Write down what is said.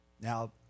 Now